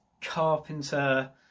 carpenter